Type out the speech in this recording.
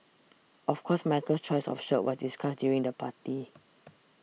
of course Michael's choice of shirt was discussed during the party